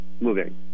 moving